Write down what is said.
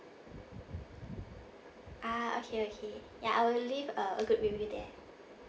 ah okay okay ya I will leave a a good review there